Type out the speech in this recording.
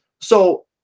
So-